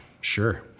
Sure